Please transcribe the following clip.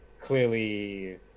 clearly